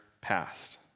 past